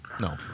No